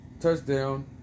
Touchdown